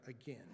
again